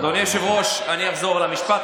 אדוני היושב-ראש, אני אחזור על המשפט.